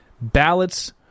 ballots